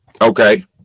okay